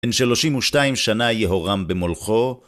בן שלושים ושתיים שנה יהורם במולכו